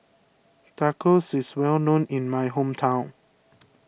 Tacos is well known in my hometown